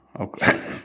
Okay